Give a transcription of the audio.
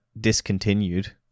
discontinued